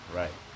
right